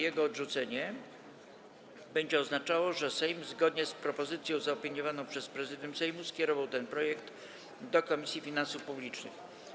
Jego odrzucenie będzie oznaczało, że Sejm, zgodnie z propozycją zaopiniowaną przez Prezydium Sejmu, skierował ten projekt do Komisji Finansów Publicznych.